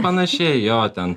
panašiai jo ten